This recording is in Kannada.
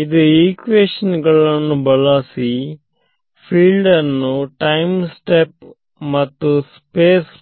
ಇದು ಈಕ್ವೇಶನ್ ಗಳನ್ನು ಬಳಸಿ ಫೀಲ್ಡ್ ಅನ್ನು ಟೈಮ್ ಸ್ಟೆಪ್ ಮತ್ತು ಸ್ಪೇಸ್